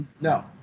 no